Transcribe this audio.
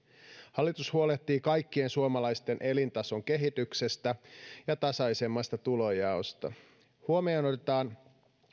hallitus huolehtii kaikkien suomalaisten elintason kehityksestä ja tasaisemmasta tulonjaosta huomioon otetaan